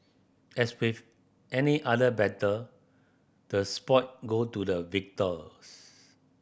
as with any other battle the spoil go to the victors